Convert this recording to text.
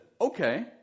okay